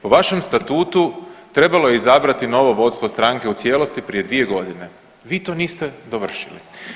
Po vašem statutu trebalo je izabrati novo vodstvo stranke u cijelosti prije dvije godine, vi to niste dovršili.